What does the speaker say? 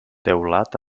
teulat